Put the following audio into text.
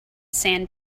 sand